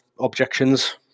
objections